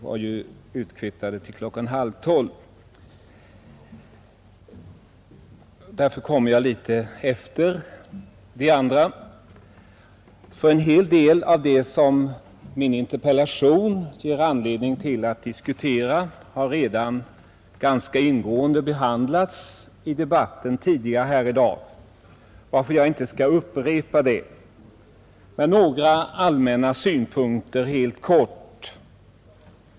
Jag kände därför inte till, när jag kom in i kammaren, att jag skulle få detta svar i dag. En hel del av de frågor som min interpellation ger anledning att diskutera har redan ganska ingående behandlats i den tidigare debatten. Jag skall därför inte upprepa den diskussionen utan bara helt kort anföra några allmänna synpunkter.